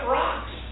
rocks